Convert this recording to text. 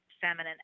feminine